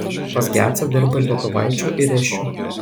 pas gecą dirba ir lietuvaičių ir esčių